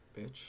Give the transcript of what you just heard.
bitch